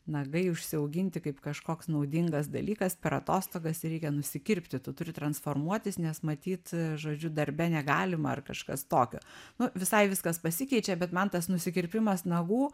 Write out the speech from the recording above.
nagai užsiauginti kaip kažkoks naudingas dalykas per atostogas ir reikia nusikirpti tu turi transformuotis nes matyt žodžiu darbe negalima ar kažkas tokio nu visai viskas pasikeičia bet man tas nukirpimas nagų